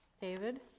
David